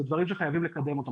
זה דברים שחייבים לקדם אותם.